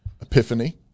Epiphany